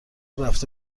رفته